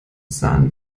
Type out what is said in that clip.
sahen